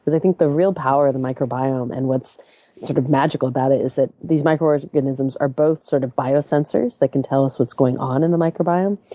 but i think the real power of the microbiome and what's sort of magical about it is that these microorganisms are both sort of bio-sensors that can tell us what's going on in the microbiome.